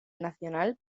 nacional